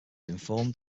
informed